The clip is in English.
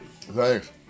Thanks